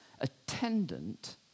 attendant